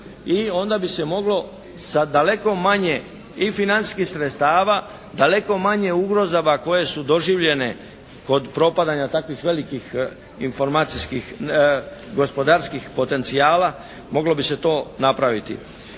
i onda bi se moglo sa daleko manje i financijskih sredstava, daleko manje ugrozaba koje su doživljene kod propadanja takvih velikih informacijskih gospodarskih potencijala moglo bi se to napraviti.